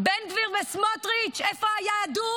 בן גביר וסמוטריץ', איפה היהדות?